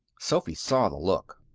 sophy saw the look.